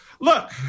Look